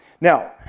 Now